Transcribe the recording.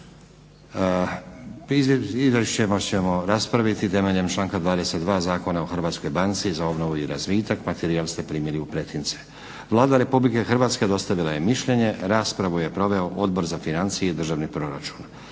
izvješću ćemo raspraviti na temeljem članka 22. Zakona o HBOR-u. materijal ste primili u pretince. Vlada RH dostavila je mišljenje. Raspravu je proveo odbor za financije i državni proračun.